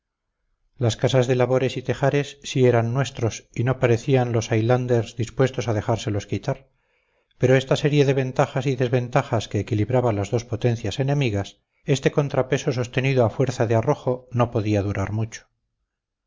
las casas de labor y tejares sí eran nuestros y no parecían los highlanders dispuestos a dejárselos quitar pero esta serie de ventajas y desventajas que equilibraba las dos potencias enemigas este contrapeso sostenido a fuerza de arrojo no podía durar mucho